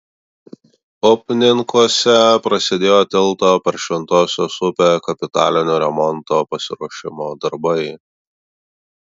upninkuose prasidėjo tilto per šventosios upę kapitalinio remonto pasiruošimo darbai